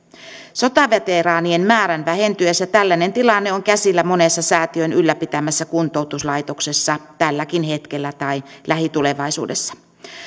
sotaveteraanien määrän vähentyessä tällainen tilanne on käsillä monessa säätiön ylläpitämässä kuntoutuslaitoksessa tälläkin hetkellä tai lähitulevaisuudessa